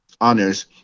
honors